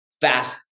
fast